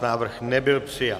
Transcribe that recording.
Návrh nebyl přijat.